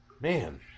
Man